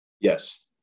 Yes